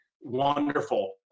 wonderful